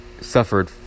suffered